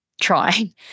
trying